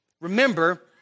remember